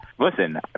Listen